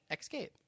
escape